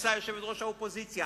נכנסה יושבת-ראש האופוזיציה.